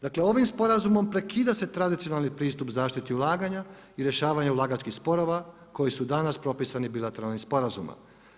Dakle ovim sporazumom prekida se tradicionalni pristup zaštiti ulaganja i rješavanja ulagačkih sporova koji su danas propisani bilateralnim sporazumom.